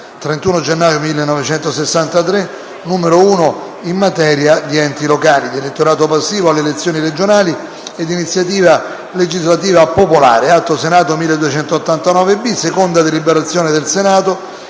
31 gennaio 1963, n. 1, in materia di enti locali, di elettorato passivo alle elezioni regionali e di iniziativa legislativa popolare*** *(Approvato, in prima deliberazione, dal Senato